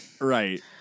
Right